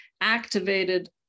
activated